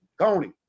Tony